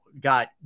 got